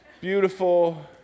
Beautiful